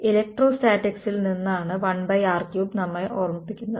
ഇലക്ട്രോസ്റ്റാറ്റിക്സിൽ നിന്ന് എന്താണ് 1r3 നമ്മെ ഓർമ്മിപ്പിക്കുന്നത്